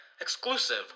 exclusive